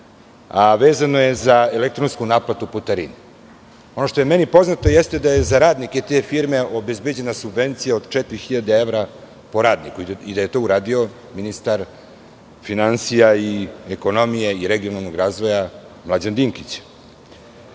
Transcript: Vezano je za elektronsku naplatu putarine. Ono što je meni poznato jeste da je za radnike te firme obezbeđena subvencija od 4.000 evra po radniku i da je to uradio ministar finansija, ekonomije i regionalnog razvoja Mlađan Dinkić.